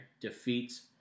defeats